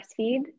breastfeed